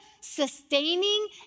sustaining